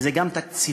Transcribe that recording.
זה גם תקציבים,